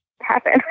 happen